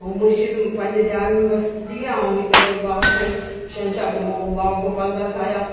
हू मुर्शिद पंहिंजे ध्यान में मस्तु थी विया ऐं हिते वरी बाबा साईं शहंशाह बाबा गोपाल दास आहियां